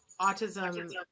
Autism